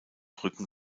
rücken